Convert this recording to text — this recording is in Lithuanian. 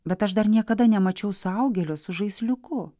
bet aš dar niekada nemačiau suaugėlio su žaisliuku